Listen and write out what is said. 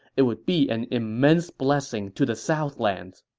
it would be an immense blessing to the southlands,